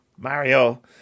mario